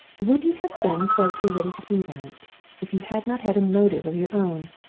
would you have been quite so ready to do that if you had not had a motive of your own?